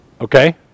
Okay